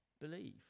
believe